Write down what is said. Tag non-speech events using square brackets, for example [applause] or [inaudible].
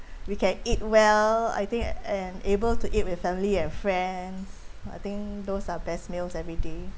[breath] we can eat well I think and able to eat with family and friends I think those are best meals every day